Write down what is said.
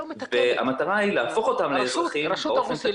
המטרה היא להפוך אותם לאזרחים לפי חוק האזרחות.